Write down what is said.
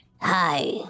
Hi